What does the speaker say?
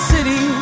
City